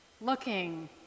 looking